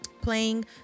playing